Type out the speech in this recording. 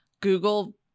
Google